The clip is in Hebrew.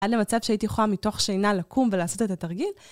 עד למצב שהייתי יכולה מתוך שינה לקום ולעשות את התרגיל.